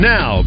Now